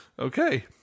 Okay